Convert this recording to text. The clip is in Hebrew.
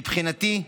מבחינתי,